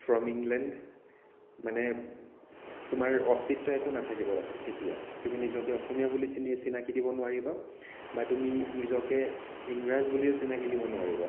from England মানে তোমাৰ অস্তিত্ৱ একো নাথাকিব তেতিয়া তুমি নিজকে অসমীয়া বুলি চিনি চিনাকী দিব নোৱাৰিবা বা তুমি নিজকে ইংৰাজ বুলিও চিনাকী দিব নোৱাৰিবা